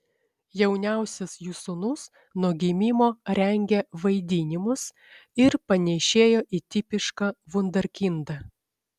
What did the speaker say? jauniausias jų sūnus nuo gimimo rengė vaidinimus ir panėšėjo į tipišką vunderkindą